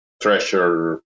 treasure